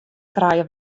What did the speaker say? krije